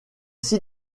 six